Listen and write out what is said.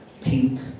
pink